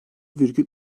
virgül